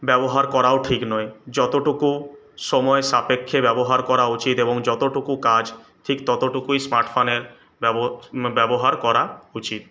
ব্যবহার করাও ঠিক নয় যতটুকু সময় সাপেক্ষে ব্যবহার করা উচিত এবং যতটুকু কাজ ঠিক ততটুকুই স্মার্টফানের ব্যব ব্যবহার করা উচিত